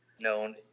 known